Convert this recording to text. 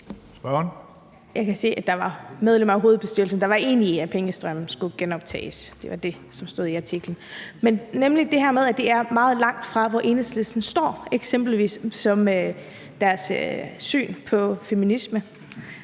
Jeg kan se, at der var medlemmer af hovedbestyrelsen, der var enige i, at pengestrømmen skulle genoptages. Det var det, som stod i artiklen. Det er nemlig det her med, at det er meget langt fra, hvor Enhedslisten står, eksempelvis deres syn på feminisme.